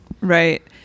Right